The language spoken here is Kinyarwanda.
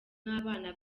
n’abana